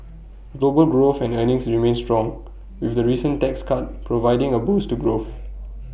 global growth and earnings remain strong with the recent tax cuts providing A boost to growth